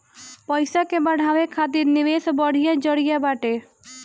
पईसा के बढ़ावे खातिर निवेश बढ़िया जरिया बाटे